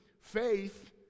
faith